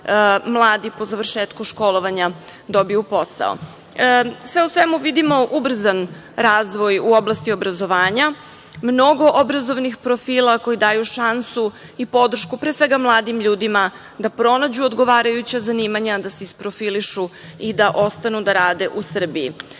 mladi po završetku školovanja dobiju posao. Sve u svemu, vidimo ubrzan razvoj u oblasti obrazovanja, mnogo obrazovnih profila koji daju šansu i podršku, pre svega mladim ljudima da pronađu odgovarajuća zanimanja, da se isprofilišu i da ostanu da rade u